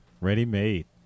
Ready-made